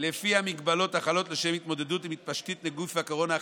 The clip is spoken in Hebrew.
לפי המגבלות החלות לשם התמודדות עם התפשטות נגיף הקורונה החדש,